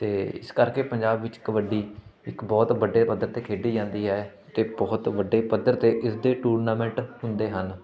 ਅਤੇ ਇਸ ਕਰਕੇ ਪੰਜਾਬ ਵਿੱਚ ਕਬੱਡੀ ਇੱਕ ਬਹੁਤ ਵੱਡੇ ਪੱਧਰ 'ਤੇ ਖੇਡੀ ਜਾਂਦੀ ਹੈ ਅਤੇ ਬਹੁਤ ਵੱਡੇ ਪੱਧਰ 'ਤੇ ਇਸਦੇ ਟੂਰਨਾਮੈਂਟ ਹੁੰਦੇ ਹਨ